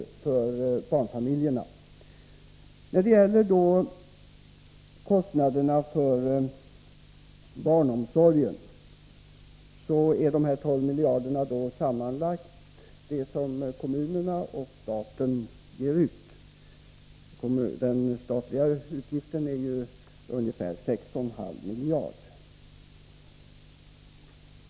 Dessa 12 miljarder som anges som kostnaden för barnomsorgen är det sammanlagda belopp som kommunerna och staten ger ut. Den statliga utgiften är ungefär 6,5 miljarder.